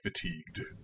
fatigued